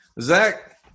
Zach